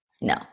no